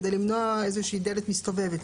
כדי למנוע איזה שהיא דלת מסתובבת,